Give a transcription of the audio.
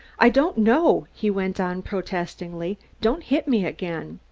i don't know, he went on protestingly. don't hit me again.